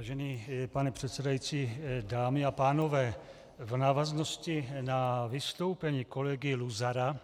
Vážený pane předsedající, dámy a pánové, v návaznosti na vystoupení kolegy Luzara